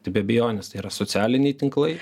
tai be abejonės tai yra socialiniai tinklai